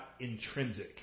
intrinsic